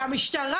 של המשטרה.